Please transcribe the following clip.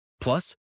Plus